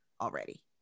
already